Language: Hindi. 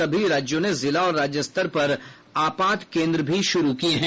सभी राज्यों ने जिला और राज्य स्तर पर आपात केंद्र भी शुरू किए हैं